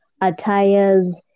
attires